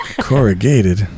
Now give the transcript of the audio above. Corrugated